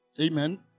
Amen